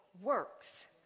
works